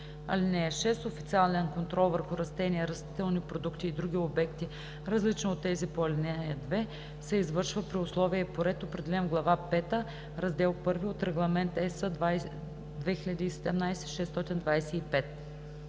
(6) Официален контрол върху растения, растителни продукти и други обекти, различни от тези по ал. 2, се извършва при условия и по ред, определени в глава V, раздел I от Регламент (ЕС) 2017/625.